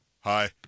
hi